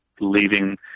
leaving